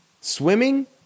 Swimming